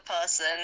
person